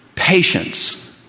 patience